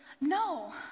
No